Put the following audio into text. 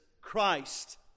Christ